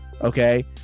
Okay